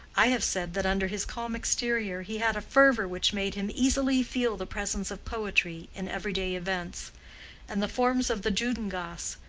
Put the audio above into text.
i have said that under his calm exterior he had a fervor which made him easily feel the presence of poetry in everyday events and the forms of the juden-gasse,